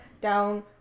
down